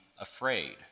afraid